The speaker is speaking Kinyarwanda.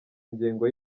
ingengo